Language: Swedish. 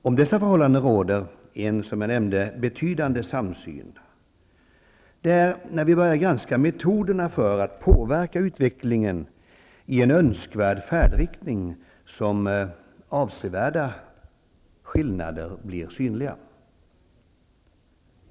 Om dessa förhållanden råder en, som jag nämnde, betydande samsyn. Det är när vi börjar granska metoderna för att påverka utvecklingen i en önskvärd färdriktning som avsevärda skillnader blir synliga.